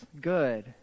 good